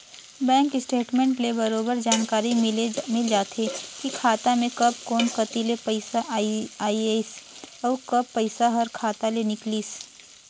bank statement ले बरोबर जानकारी मिल जाथे की खाता मे कब कोन कति ले पइसा आइसे अउ कब पइसा हर खाता ले निकलिसे